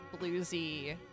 bluesy